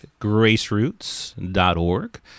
graceroots.org